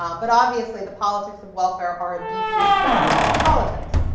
um but obviously the politics of welfare are a deeply gendered politics.